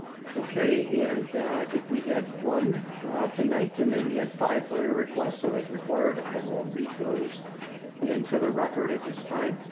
okay, and i think we had one tonight and then we had five for your request. so as required i will read those into the record at this time,